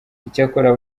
icyakora